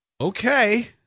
Okay